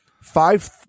five